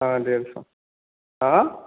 हाँ डेढ़ सौ हाँ